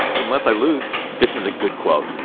unless i lose this is a good quote.